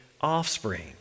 offspring